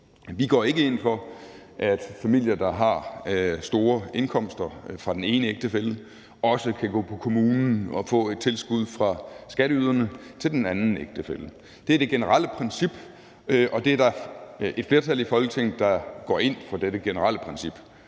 Vi går ikke ind for, at familier, der har store indkomster fra den ene ægtefælle, også kan gå på kommunen og få et tilskud fra skatteyderne til den anden ægtefælle. Det er det generelle princip, og der er et flertal i Folketinget, der går ind for dette generelle princip.